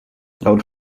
laut